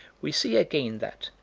we see again that,